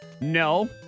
No